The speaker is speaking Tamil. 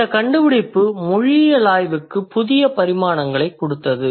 இந்த கண்டுபிடிப்பு மொழியியல் ஆய்வுக்கு புதிய பரிமாணங்களைக் கொடுத்தது